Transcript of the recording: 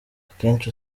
akenshi